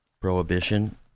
prohibition